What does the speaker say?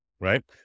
right